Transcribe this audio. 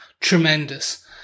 tremendous